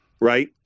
right